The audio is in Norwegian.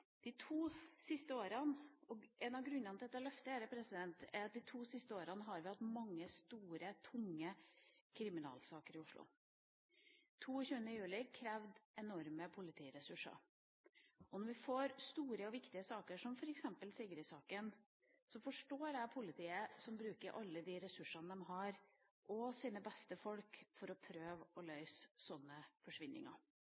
En av grunnene til at jeg løfter dette, er at vi de to siste årene har hatt mange store, tunge kriminalsaker i Oslo. 22. juli krevde enorme politiressurser, og når vi får store og viktige saker som f.eks. Sigrid-saken, forstår jeg politiet som bruker alle de ressursene de har og sine beste folk for å prøve å